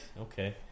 Okay